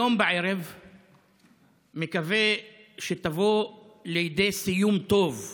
היום בערב אני מקווה שתבוא לידי סיום טוב,